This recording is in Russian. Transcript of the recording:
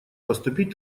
поступить